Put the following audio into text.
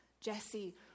Jesse